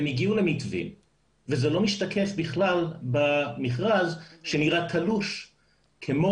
הם הגיעו למתווה וזה לא משתקף בכלל במכרז שנראה תלוש כמו